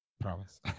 promise